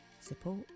support